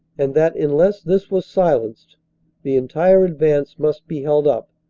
and that unless this was silenced the entire advance must be held up,